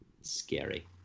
scary